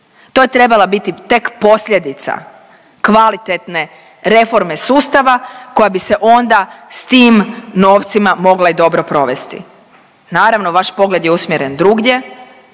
To je trebala biti tek posljedica kvalitetne reforme sustava koja bi se onda s tim novcima mogla i dobro provesti. Naravno vaš pogled je usmjeren drugdje,